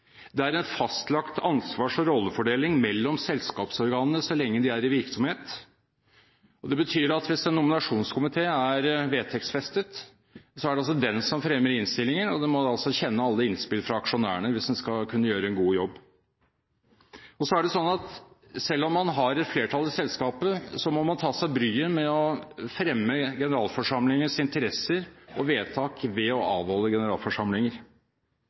Det er faste spilleregler. Det er en fastlagt ansvars- og rollefordeling mellom selskapsorganene så lenge de er i virksomhet. Det betyr at hvis en nominasjonskomité er vedtektsfestet, er det også den som fremmer innstillingen. Den må altså kjenne til alle innspill fra aksjonærene hvis den skal kunne gjøre en god jobb. Selv om man har flertall i selskapet, må man ta seg bryet med å fremme generalforsamlingens interesser og vedtak ved å avholde generalforsamlinger.